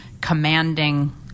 commanding